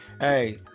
Hey